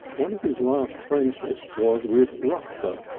one of his last friendships was with rusper,